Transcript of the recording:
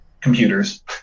computers